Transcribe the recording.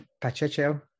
Pacheco